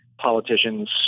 politicians